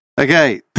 Okay